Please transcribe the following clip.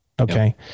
Okay